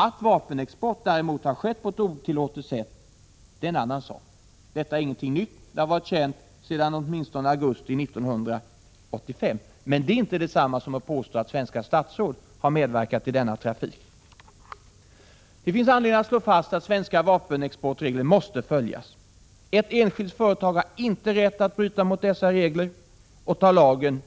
Att vapenexport har skett på ett otillåtet sätt är en annan sak. Detta är ingenting nytt. Det har med stor säkerhet varit känt åtminstone sedan augusti 1985. Men det är inte detsamma som att svenska statsråd har känt till eller medverkat i denna trafik. Det finns anledning att slå fast att gällande svenska vapenexportregler måste följas. Ett enskilt företag har inte rätt att bryta mot dessa regler och ta lagen